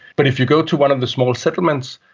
but if you go to one of the small settlements,